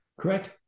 Correct